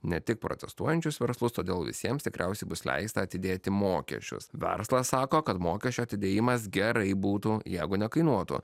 ne tik protestuojančius verslus todėl visiems tikriausiai bus leista atidėti mokesčius verslas sako kad mokesčių atidėjimas gerai būtų jeigu nekainuotų